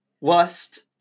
lust